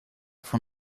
von